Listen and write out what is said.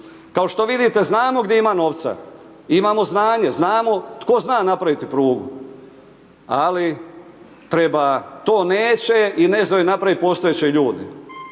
Kao što vidite, znamo gdje ima novca, imamo znanje, znamo tko zna napraviti prugu, ali treba, to neće i ne znaju napravit postojeće ljude,